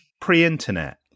Pre-internet